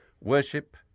Worship